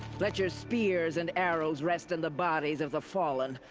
let your spears and arrows rest in the bodies of the fallen.